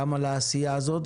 גם על העשייה הזאת,